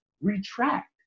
Retract